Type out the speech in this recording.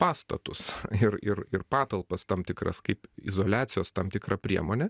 pastatus ir ir ir patalpas tam tikras kaip izoliacijos tam tikrą priemonę